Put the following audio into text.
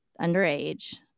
underage